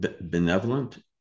benevolent